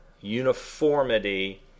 uniformity